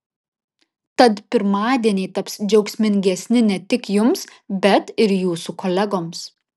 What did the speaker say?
tad pirmadieniai taps džiaugsmingesni ne tik jums bet ir jūsų kolegoms